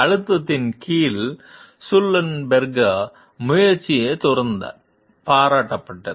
அழுத்தத்தின் கீழ் சுல்லன்பெர்கரின் முயற்சி தொடர்ந்து பாராட்டப்பட்டது